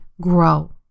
grow